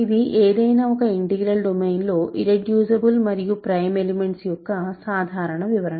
ఇది ఏదైనా ఒక ఇంటిగ్రాల్ డొమైన్లో ఇర్రెడ్యూసిబుల్ మరియు ప్రైమ్ ఎలిమెంట్స్ యొక్క సాధారణ వివరణ